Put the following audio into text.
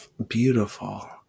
Beautiful